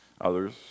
Others